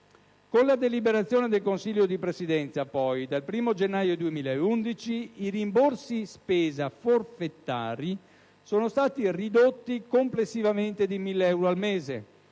Con la deliberazione del Consiglio di Presidenza, poi, dal 1° gennaio 2011 i rimborsi spesa forfettari sono stati ridotti complessivamente di 1.000 euro al mese